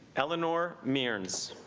eleanor mirrors